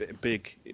big